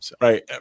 Right